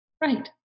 Right